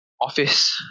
office